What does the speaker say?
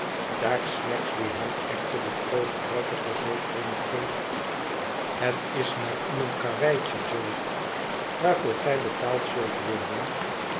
daar snagsby hem echter de troostrijke verzekering geeft het is maar om een karre weitje jo waarvoor gij betaald zult worden